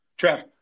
Trav